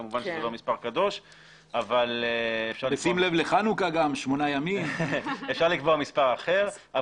כמובן שזה לא מספר קדוש, ואפשר לקבוע מספר אחר.